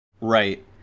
Right